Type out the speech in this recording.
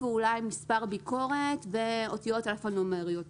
אולי מספר ביקורת ואותיות אלפא נומריות.